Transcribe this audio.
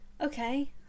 okay